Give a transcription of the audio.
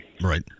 right